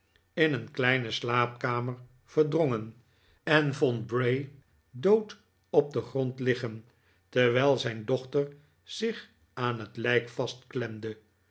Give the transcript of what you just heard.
in een kleine slaapkamer verdrongen en vond bray dood op den grond liggen terwijl zijn dochter zich aan het lijk